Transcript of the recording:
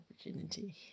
opportunity